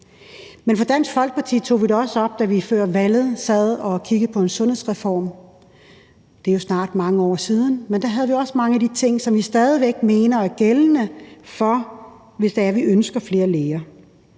Men fra Dansk Folkepartis side tog vi det også op, da vi før valget sad og kiggede på en sundhedsreform – det er jo snart mange år siden. Da kiggede vi også på mange af de ting, som vi stadig væk mener er gældende, hvis vi ønsker flere læger.